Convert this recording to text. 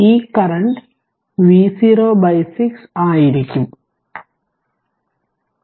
ഈ current V0 6 ആയിരിക്കും0